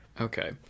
Okay